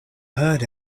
heard